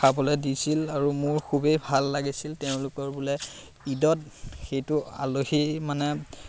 খাবলৈ দিছিল আৰু মোৰ খুবেই ভাল লাগিছিল তেওঁলোকৰ বোলে ঈদত সেইটো আলহী মানে